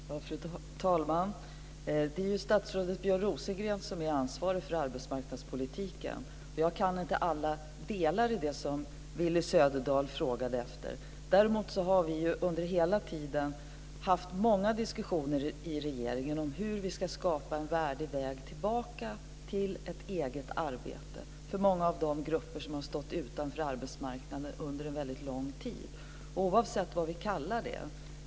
Fru talman! Det är statsrådet Björn Rosengren som är ansvarig för arbetsmarknadspolitiken. Jag kan inte alla delar i det som Willy Söderdahl frågar om. Däremot har vi haft många diskussioner i regeringen om hur vi ska kunna skapa en värdig väg tillbaka till ett eget arbete för många av de grupper som stått utanför arbetsmarknaden under en väldigt lång tid, oavsett vad vi kallar det.